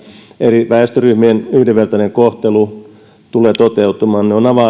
eri väestöryhmien yhdenvertainen kohtelu tulee toteutumaan on